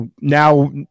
now